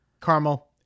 caramel